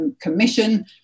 commission